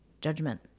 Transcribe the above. judgment